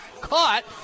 caught